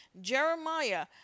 Jeremiah